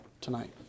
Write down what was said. tonight